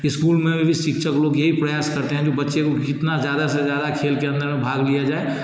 school में भी शिक्षक लोग यही प्रयास करते हैं की बच्चे को जितना ज़्यादा से ज़्यादा खेल के अन्दर में भाग लिया जाए